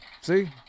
See